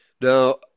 Now